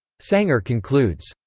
sanger concludes,